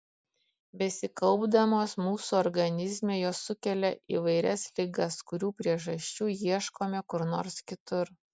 besikaupdamos mūsų organizme jos sukelia įvairias ligas kurių priežasčių ieškome kur nors kitur